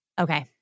Okay